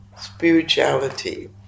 spirituality